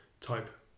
Type